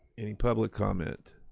any public comment?